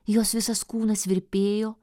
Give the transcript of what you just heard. jos visas kūnas virpėjo